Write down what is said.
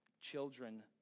children